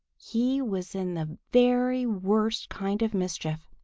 he was in the very worst kind of mischief.